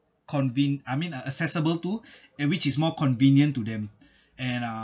conven~ I mean uh accessible to and which is more convenient to them and uh